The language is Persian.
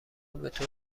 بطور